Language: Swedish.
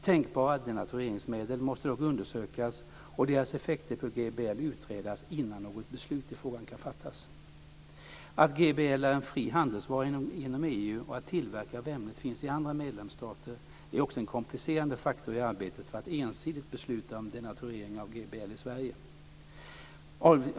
Tänkbara denatureringsmedel måste dock undersökas och deras effekter på GBL utredas innan något beslut i frågan kan fattas. Att GBL är en fri handelsvara inom EU och att tillverkare av ämnet finns i andra medlemsstater är också en komplicerande faktor i arbetet för att ensidigt besluta om denaturering av GBL i Sverige.